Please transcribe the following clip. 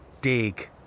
dig